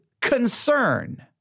concern